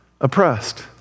oppressed